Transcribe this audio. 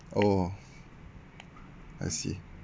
oh I see